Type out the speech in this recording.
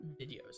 videos